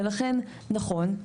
ולכן נכון,